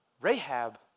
Rahab